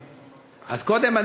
אז קודם כול,